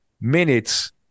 minutes